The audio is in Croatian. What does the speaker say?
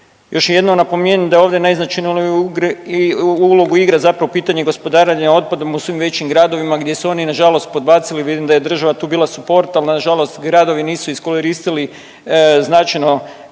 Još jednom napominjem da ovdje najznačajniju ulogu igra zapravo pitanje gospodarenja otpadom u svim većim gradovima gdje su oni nažalost podbacili, vidim da je država bila tu suport, ali nažalost gradovi nisu iskoristili značajno